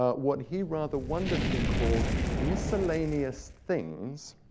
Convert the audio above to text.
ah what he rather wonderfully called miscellaneous things